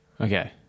Okay